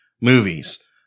movies